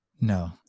no